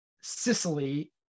Sicily